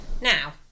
Now